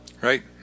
Right